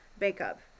makeup